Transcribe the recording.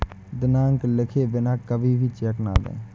दिनांक लिखे बिना कभी भी चेक न दें